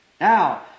Now